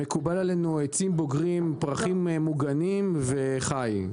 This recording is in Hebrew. מקובל עלינו עצים בוגרים, פרחים מוגנים, וחי.